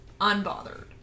unbothered